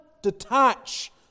detach